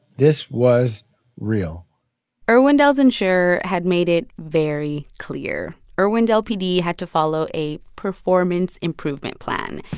this was real irwindale's insurer had made it very clear. irwindale pd had to follow a performance improvement plan.